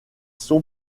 sont